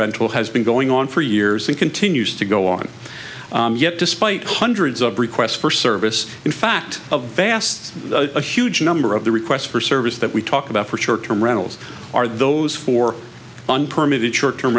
rental has been going on for years and continues to go on yet despite hundreds of requests for service in fact of vast a huge number of the requests for service that we talk about for short term rentals are those for one permit short term